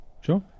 Sure